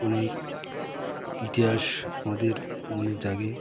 অনেক ইতিহাস আমাদের মনে জাগে